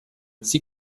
sie